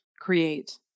create